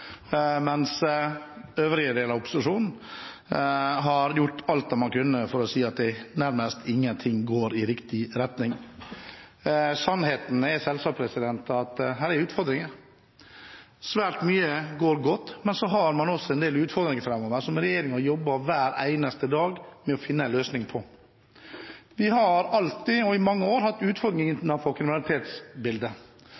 mens øvrige del av opposisjonen har gjort alt de har kunnet for å si at nærmest ingenting går i riktig retning. Sannheten er selvsagt at her er utfordringer. Svært mye går godt, men så har man også en del utfordringer framover som regjeringen jobber hver eneste dag med å finne en løsning på. Vi har alltid – i mange år – hatt